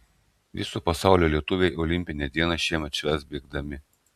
viso pasaulio lietuviai olimpinę dieną šiemet švęs bėgdami